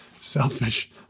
selfish